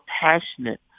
passionate